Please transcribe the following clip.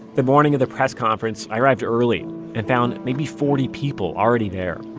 the morning of the press conference, i arrived early and found maybe forty people already there.